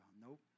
nope